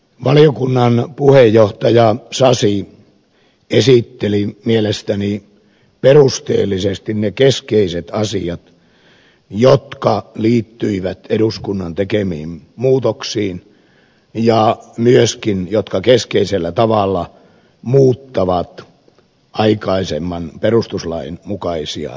valiokunnan puheenjohtaja sasi esitteli mielestäni perusteellisesti ne keskeiset asiat jotka liittyivät eduskunnan tekemiin muutoksiin ja jotka myöskin keskeisellä tavalla muuttavat aikaisemman perustuslain mukaisia käytäntöjä